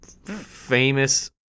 Famous